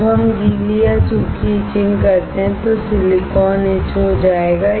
जब हम गीली या सूखी इचिंग करते हैं तो सिलिकॉन इच हो जाएगा